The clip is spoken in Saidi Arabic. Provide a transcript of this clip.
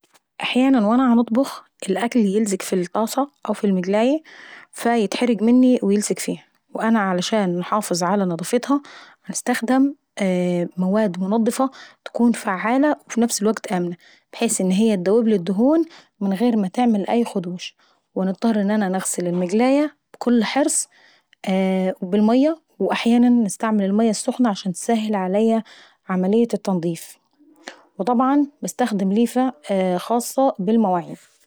أحيانا وانا هنطبخ الوكل اللي يلزق في الطاسة او المقلايي فايتحرق مني ويلسق فيهي، فنا عشان انحافظ على نضافتها باستخدم مواد منضفة وفعالة بحيث ان هي تدوبلي الدهون من غير ما تعمل أي خدوش ونضطر ان انا نغسل المقلاية بكل حرص بالمية واحيانا نستعمل المية السخنة عشان تسهل عليا عملية التنضيف، وطبعا باستخدم ليفة خاصة بالمواعين.